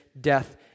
death